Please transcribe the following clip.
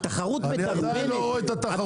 התחרות -- אני עדיין לא רואה את התחרות.